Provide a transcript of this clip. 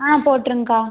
ஆங் போட்டுருங்கக்கா